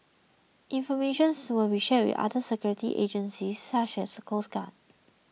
information will be shared with other security agencies such as the coast guard